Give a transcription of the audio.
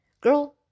Girl